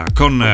con